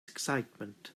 excitement